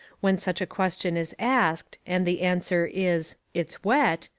when such a question is asked and the answer is it's wet,